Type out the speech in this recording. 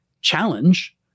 challenge